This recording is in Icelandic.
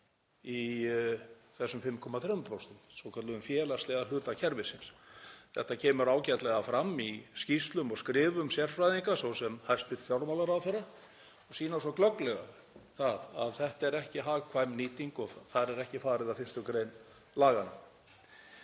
í þessum 5,3%, svokölluðum félagslega hluta kerfisins. Þetta kemur ágætlega fram í skýrslum og skrifum sérfræðinga, svo sem hæstv. fjármálaráðherra, og sýnir það svo glögglega að þetta er ekki hagkvæm nýting og þar er ekki farið að 1. gr. laganna.